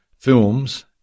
films